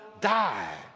die